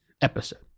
episode